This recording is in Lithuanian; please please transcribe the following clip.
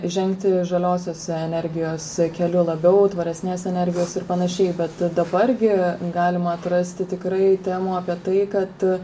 žengti žaliosios energijos keliu labiau tvaresnės energijos ir panašiai bet dabar gi galima atrasti tikrai temų apie tai kad